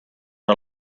are